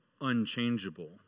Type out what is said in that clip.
unchangeable